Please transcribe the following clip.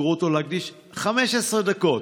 גרוטו להקדיש 15 דקות,